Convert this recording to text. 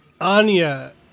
Anya